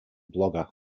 blogger